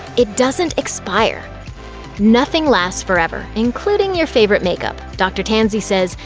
it doesn't expire nothing lasts forever, including your favorite makeup. dr. tanzi says,